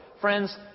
Friends